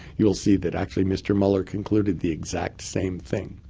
you will see that actually mr. mueller concluded the exact same thing.